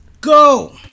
Go